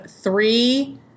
three